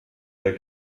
der